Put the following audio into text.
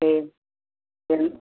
दे